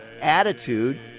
attitude